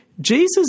Jesus